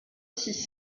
six